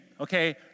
okay